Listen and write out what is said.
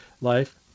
life